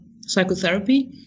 psychotherapy